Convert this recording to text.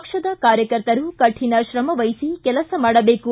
ಪಕ್ಷದ ಕಾರ್ಯಕರ್ತರು ಕಠಿಣ ಶ್ರಮವಹಿಸಿ ಕೆಲಸ ಮಾಡಬೇಕು